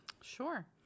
Sure